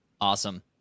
Awesome